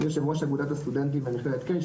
אני יושב ראש הסטודנטים במכללת קיי,